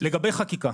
לגבי חקיקה